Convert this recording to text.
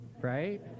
right